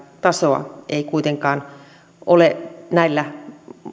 tasoa ei ole näillä